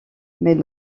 mais